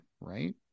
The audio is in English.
right